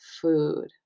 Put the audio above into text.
food